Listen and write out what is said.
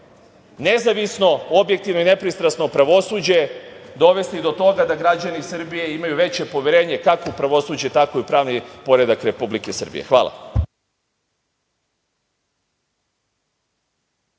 nezavisno, objektivno i nepristrasno pravosuđe dovesti do toga da građani Srbije imaju veće poverenje kako u pravosuđe, tako i u pravni poredak Republike Srbije. Hvala.